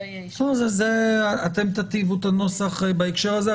אתם תיטיבו את נוסח בהקשר הזה,